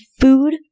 food